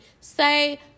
Say